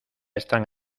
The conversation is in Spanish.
están